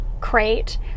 crate